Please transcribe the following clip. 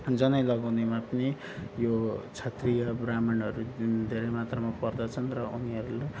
जनै लगाउनेमा पनि यो क्षत्रिय ब्राह्मणहरू जुन धेरै मात्रामा पर्दछन् र उनीहरूले